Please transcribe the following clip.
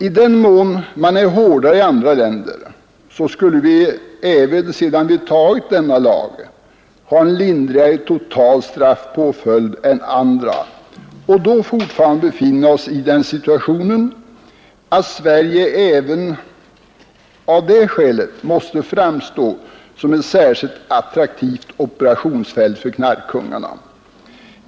I den mån man är hårdare i andra länder skulle vi även sedan vi antagit denna lag ha en lindrigare total straffpåföljd än andra länder och då fortfarande befinna oss i den situationen att Sverige även av det skälet måste framstå som ett särskilt attraktivt operationsfält för knarkkungarna.